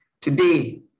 today